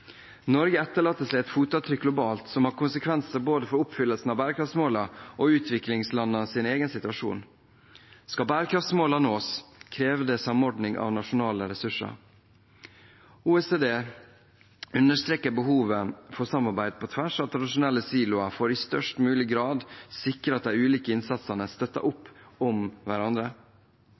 Norge etterlater seg et fotavtrykk globalt som har konsekvenser for både oppfyllelsen av bærekraftsmålene og utviklingslandenes egen situasjon. Skal bærekraftsmålene nås, kreves det samordning av nasjonale ressurser. OECD understreker behovet for samarbeid på tvers av tradisjonelle siloer for i størst mulig grad å sikre at de ulike innsatsene støtter opp om hverandre.